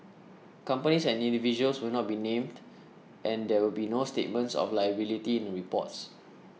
companies and individuals will not be named and there will be no statements of liability in the reports